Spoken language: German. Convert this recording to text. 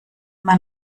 man